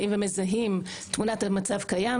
באים ומזהים תמונת מצב קיים,